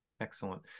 Excellent